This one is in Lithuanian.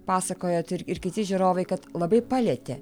pasakoja ir kiti žiūrovai kad labai palietė